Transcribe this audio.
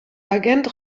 agent